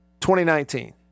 2019